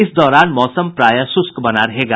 इस दौरान मौसम प्रायः शुष्क बना रहेगा